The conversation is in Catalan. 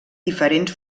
diferents